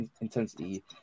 intensity